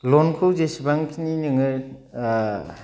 लनखौ जेसेबांखिनि नोङो